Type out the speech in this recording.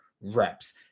reps